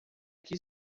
que